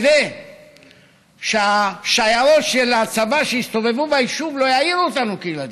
כדי שהשיירות של הצבא שהסתובבו ביישוב לא יעירו אותנו כילדים,